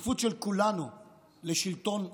הכפיפות של כולנו לשלטון החוק.